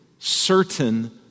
certain